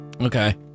Okay